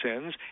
sins